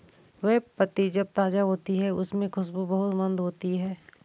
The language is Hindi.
बे पत्ती जब ताज़ा होती है तब उसमे खुशबू बहुत मंद होती है